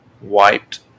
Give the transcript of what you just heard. Wiped